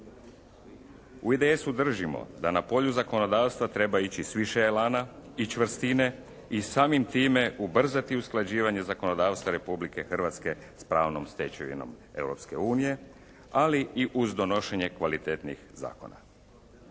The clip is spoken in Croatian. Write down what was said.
U IDS-u držimo da na polju zakonodavstva treba ići s više elana i čvrstine i samim time ubrzati usklađivanje zakonodavstva Republike Hrvatske sa pravnom stečevinom Europske unije, ali i uz donošenje kvalitetnih zakona.